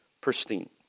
pristine